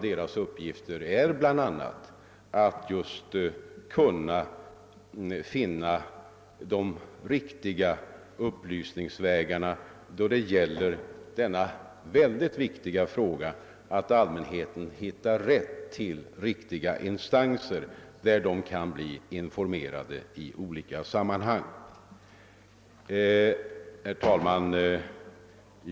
Däri ingår bl.a. att söka de riktiga upplysningsvägarna då det gäller den mycket viktiga frågan att hjälpa allmänheten att hitta de rätta instanserna för information i olika sammanhang. Herr talman!